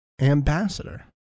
ambassador